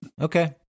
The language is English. Okay